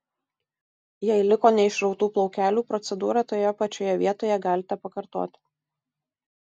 jei liko neišrautų plaukelių procedūrą toje pačioje vietoje galite pakartoti